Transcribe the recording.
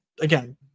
again